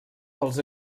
pels